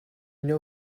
know